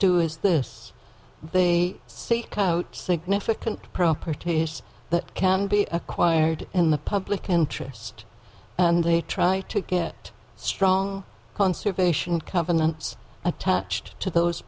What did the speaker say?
do is this they seek out significant property that can be acquired in the public interest and they try to get strong conservation covenants attached to those